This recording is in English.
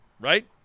right